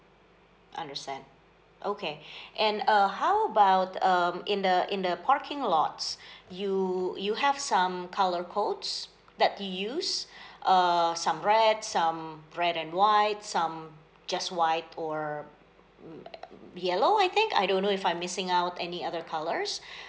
understand okay and uh how about um in the in the parking lots you you have some colour codes that you use uh some reds um some red and white some just white or mm mm yellow I think I don't know if I'm missing out any other colours